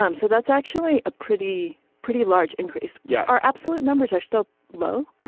um so that's actually a pretty pretty large increase yeah our absolute numbers are still low.